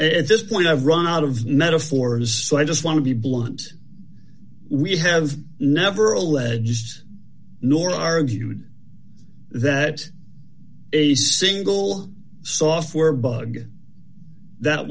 at this point i've run out of metaphors so i just want to be blunt we have never alleged nor argued that a single software bug that